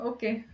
Okay